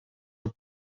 were